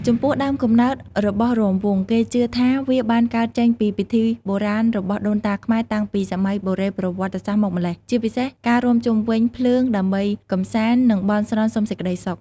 ចំពោះដើមកំណើតរបស់រាំវង់ គេជឿថាវាបានកើតចេញពីពិធីបុរាណរបស់ដូនតាខ្មែរតាំងពីសម័យបុរេប្រវត្តិសាស្ត្រមកម្ល៉េះ ជាពិសេសការរាំជុំវិញភ្លើងដើម្បីកម្សាន្ត និងបន់ស្រន់សុំសេចក្តីសុខ។